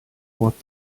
what